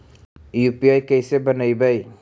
UPI कैसे बनइबै?